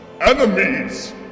Enemies